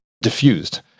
diffused